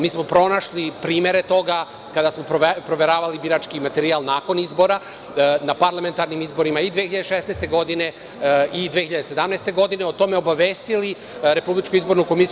Mi smo pronašli primere toga, kada smo proveravali birački spisak nakon izbora, na parlamentarnim izborima i 2016. godine i 2017. godine, o tome obavestili RIK.